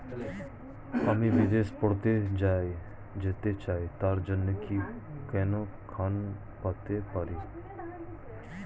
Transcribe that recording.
আমি বিদেশে পড়তে যেতে চাই তার জন্য কি কোন ঋণ পেতে পারি?